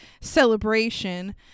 celebration